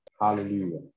Hallelujah